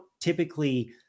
typically